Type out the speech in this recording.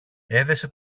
έδεσε